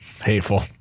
hateful